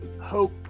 hope